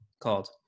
called